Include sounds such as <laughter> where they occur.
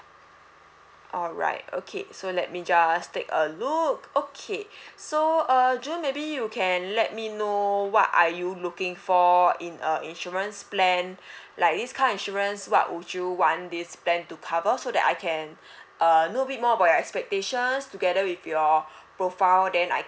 alright okay so let me just take a look okay <breath> so uh june maybe you can let me know what are you looking for in a insurance plan <breath> like this car insurance what would you want this plan to cover so that I can <breath> uh know a bit more about your expectations together with your profile then I